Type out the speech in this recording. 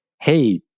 hey